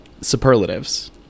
superlatives